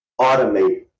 automate